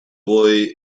boy